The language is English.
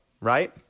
Right